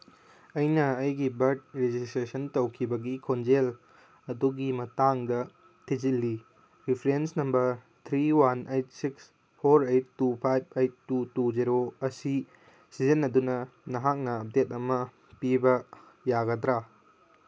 ꯑꯩꯅ ꯑꯩꯒꯤ birth registration ꯇꯧꯈꯤꯕꯒꯤ ꯈꯣꯟꯖꯦꯜ ꯑꯗꯨꯒꯤ ꯃꯇꯥꯡꯗ ꯊꯤꯖꯤꯜꯂꯤ reference number three one eight six four eight two five eight two two zero ꯑꯁꯤ ꯁꯤꯖꯤꯟꯅꯗꯨꯅ ꯅꯍꯥꯛꯅ ꯑꯞꯗꯦꯠ ꯑꯃ ꯄꯤꯕ ꯌꯥꯒꯗ꯭ꯔꯥ